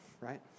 Right